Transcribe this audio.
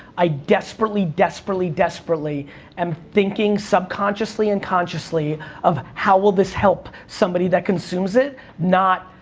i desperately, desperately, desperately am thinking subconsciously and consciously of, how will this help somebody that consumes it, not,